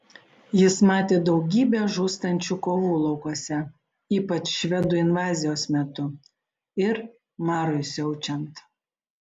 jis matė daugybę žūstančių kovų laukuose ypač švedų invazijos metu ir marui siaučiant